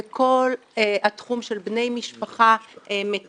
זה כל התחום של בני משפחה מטפלים,